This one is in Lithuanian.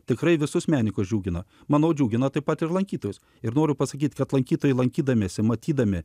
tikrai visus medikus džiugino manau džiugino taip pat ir lankytojus ir noriu pasakyti kad lankytojai lankydamiesi matydami